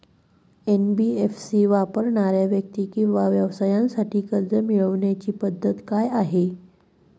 NBFC वापरणाऱ्या व्यक्ती किंवा व्यवसायांसाठी कर्ज मिळविण्याची पद्धत काय आहे?